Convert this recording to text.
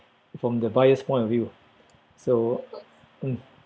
from the buyer's point of view so mm